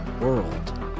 world